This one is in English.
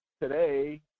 today